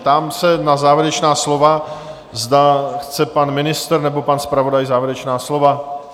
Ptám se na závěrečná slova, zda chce pan ministr nebo pan zpravodaj závěrečná slova?